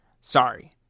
sorry